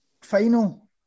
Final